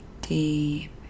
deep